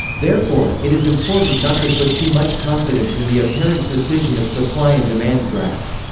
therefore, it is important not to put too much confidence in the apparent precision of supply and demand graphs.